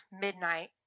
midnight